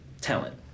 talent